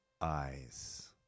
eyes